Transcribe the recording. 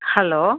hello